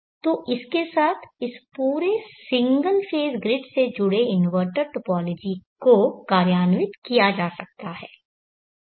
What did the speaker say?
तो इसके साथ इस पूरे सिंगल फेज़ ग्रिड से जुड़े इन्वर्टर टोपोलॉजी को कार्यान्वित किया जा सकता है